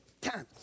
times